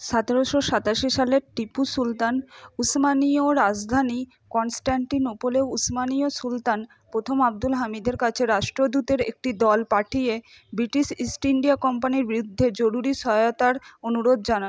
সতেরেশো সাতাশি সালে টিপু সুলতান উসমানীয় রাজধানী কনস্টান্টিনোপলে উসমানীয় সুলতান প্রথম আব্দুল হামিদের কাছে রাষ্ট্রদূতের একটি দল পাঠিয়ে ব্রিটিশ ইস্ট ইণ্ডিয়া কম্পানির বিরুদ্ধে জরুরি সহায়তার অনুরোধ জানান